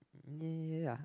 ya